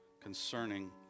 concerning